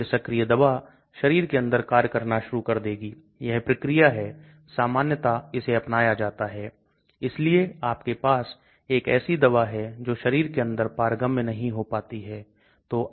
तापमान तापमान को बदल सकता हूं निश्चित रूप से जब हम मौखिक दवा के बारे में बात करते हैं तो हम तापमान में बदलाव के बारे में बात नहीं कर पाएंगे